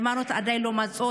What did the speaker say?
את היימנוט עדיין לא מצאו,